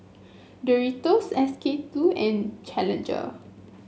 Doritos S K two and Challenger